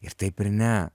ir taip ir ne